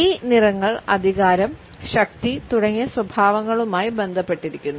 ഈ നിറങ്ങൾ അധികാരം ശക്തി തുടങ്ങിയ സ്വഭാവങ്ങളുമായി ബന്ധപ്പെട്ടിരിക്കുന്നു